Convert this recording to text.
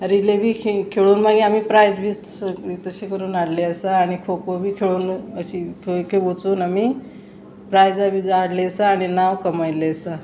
relay बी खेळून मागीर आमी प्रायज बी तशें करून हाडलें आसा आनी खो खो बी खेळून अशी खंय खंय वचून आमी प्रायजां बी हाडलीं आसा आनी नांव कमयल्ली आसा